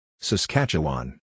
Saskatchewan